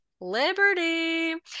liberty